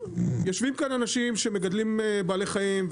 יושבים כאן אנשים שמגדלים בעלי חיים,